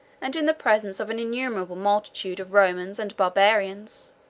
and in the presence of an innumerable multitude of romans and barbarians,